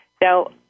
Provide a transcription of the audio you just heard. Now